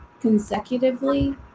consecutively